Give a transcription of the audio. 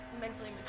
mentally